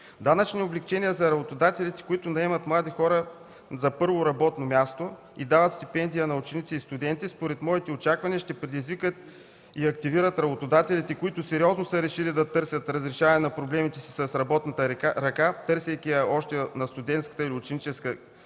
Данъчни облекчения за работодателите, които наемат млади хора за първо работно място и дават стипендия на ученици и студенти според моите очаквания ще предизвикат и активират работодателите, които сериозно са решили да търсят разрешаване на проблемите си с работната ръка, търсейки я още на студентската или ученическа скамейка,